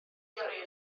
yrru